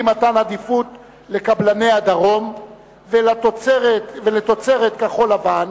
לתת עדיפות לקבלני הדרום ולתוצרת כחול-לבן